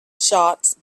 shots